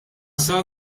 sar